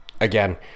again